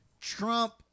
Trump